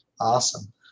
Awesome